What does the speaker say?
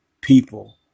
People